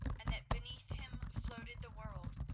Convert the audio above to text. and that beneath him floated the world,